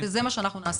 זה מה שאנחנו נעשה.